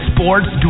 Sports